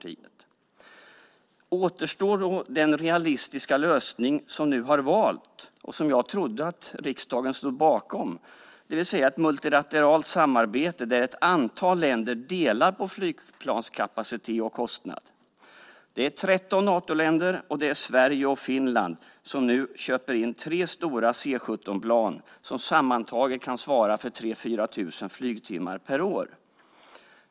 Då återstår den realistiska lösning som nu har valts och som jag trodde att riksdagen stod bakom, det vill säga ett multilateralt samarbete där ett antal länder delar på flygplanskapacitet och kostnad. Det är 13 Nato-länder, Sverige och Finland som köper in tre stora C 17-plan som sammantaget kan svar för 3 000-4 000 flygtimmar per år.